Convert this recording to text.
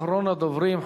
אחרון הדוברים,